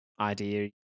idea